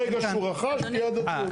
אין כאן --- שנה מרגע שהוא רכש תהיה הדדיות.